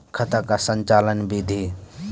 खाता का संचालन बिधि?